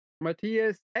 Matthias